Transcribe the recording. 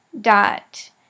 dot